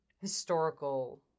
historical